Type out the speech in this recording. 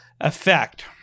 effect